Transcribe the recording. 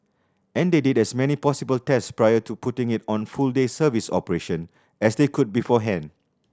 and they did as many possible tests prior to putting it on full day service operation as they could beforehand